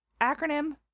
acronym